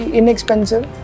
inexpensive